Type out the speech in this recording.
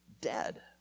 dead